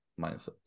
mindset